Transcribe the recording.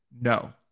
No